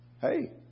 Hey